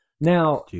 Now